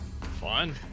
Fine